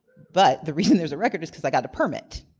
but the reason there's a record is because i got a permit.